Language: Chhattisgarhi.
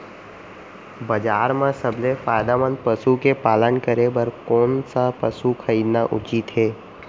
बजार म सबसे फायदामंद पसु के पालन करे बर कोन स पसु खरीदना उचित हे?